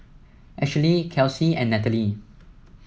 Ashely Kelsie and Natalie